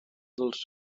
dels